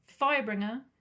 Firebringer